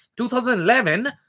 2011